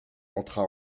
entra